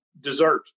Dessert